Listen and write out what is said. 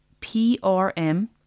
PRM